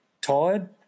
tired